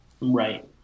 Right